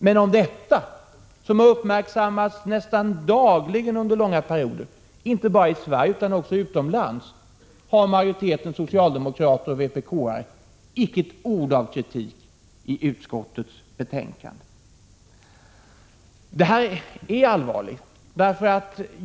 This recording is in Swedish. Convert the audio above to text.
Men om detta, som har uppmärksammats nästan dagligen under långa perioder, inte bara i Sverige utan också utomlands, har majoriteten ay socialdemokrater och vpk-are icke ett ord av kritik i utskottets betänkande. Det här är allvarligt.